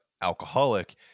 alcoholic